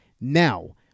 now